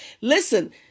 Listen